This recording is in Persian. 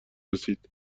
رسید